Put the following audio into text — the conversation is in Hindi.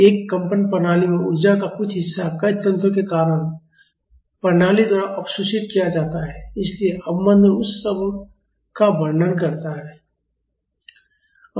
तो एक कंपन प्रणाली में ऊर्जा का कुछ हिस्सा कई तंत्रों के कारण प्रणाली द्वारा अवशोषित किया जाता है इसलिए अवमंदन उस सब का वर्णन करता है